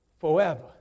forever